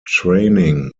training